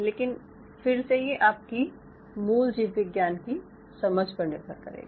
लेकिन फिर से ये आपकी मूल जीवविज्ञान की समझ पर निर्भर करेगा